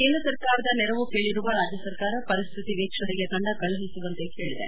ಕೇಂದ್ರ ಸರ್ಕಾರದ ನೆರವು ಕೇಳಿರುವ ರಾಜ್ಯ ಸರ್ಕಾರ ಪರಿಸ್ಥಿತಿ ವೀಕ್ಷಣೆಗೆ ತಂಡ ಕಳುಹಿಸುವಂತೆ ಕೇಳಿದೆ